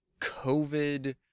COVID